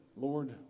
Lord